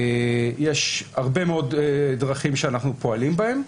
יש הרבה מאוד דרכים שאנחנו פועלים בהן,